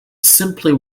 simply